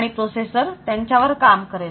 आणि प्रोसेसर त्याच्यावर काम करेल